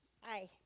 Hi